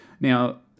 now